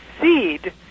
seed